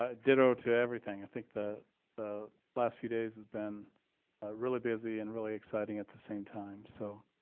ah ditto to everything. i think the last few days have been really busy and really exciting at the same time. so